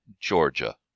georgia